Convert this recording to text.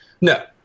No